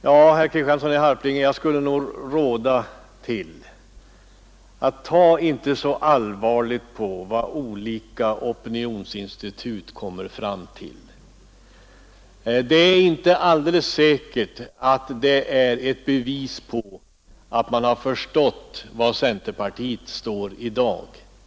Jag skulle vilja råda herr Kristiansson att inte ta så allvarligt på vad olika opinionsinstitut kommer fram till. Det är inte alldeles säkert att en opinionsundersökning utgör ett bevis på att man har förstått var centerpartiet står i dag.